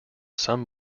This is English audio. some